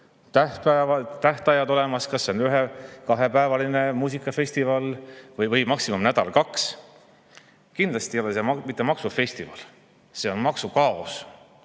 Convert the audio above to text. tähtajad, kas see on ühe- või kahepäevaline muusikafestival või kestab maksimum nädal-kaks. Kindlasti ei ole meil maksufestival, see on maksukaos,